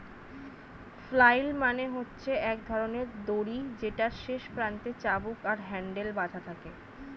flail মানে হচ্ছে এক ধরণের দড়ি যেটার শেষ প্রান্তে চাবুক আর হ্যান্ডেল বাধা থাকে